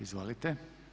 Izvolite.